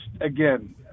again